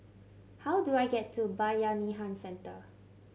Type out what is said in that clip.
how do I get to Bayanihan Centre